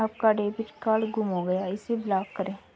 आपका debit card गुम हो गया है इसे ब्लॉक करें